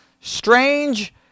Strange